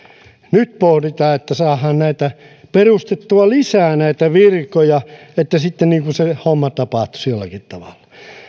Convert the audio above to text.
nyt pohditaan että saadaan perustettua lisää näitä virkoja että sitten niin kuin se homma tapahtuisi jollakin tavalla